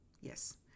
Yes